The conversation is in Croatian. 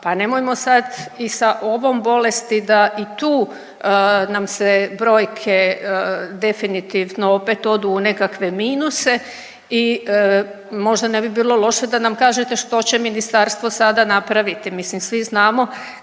pa nemojmo sad i sa ovom bolesti da i tu nam se brojke definitivno opet odu u nekakve minuse i možda ne bi bilo loše da nam kažete što će ministarstvo sada napraviti. Mislim svi znamo